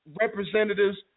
representatives